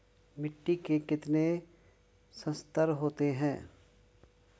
मिट्टी के कितने संस्तर होते हैं?